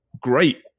great